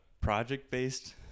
project-based